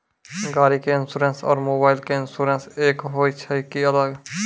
गाड़ी के इंश्योरेंस और मोबाइल के इंश्योरेंस एक होय छै कि अलग?